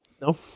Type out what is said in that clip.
no